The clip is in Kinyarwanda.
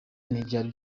ntibyari